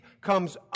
comes